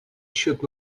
счет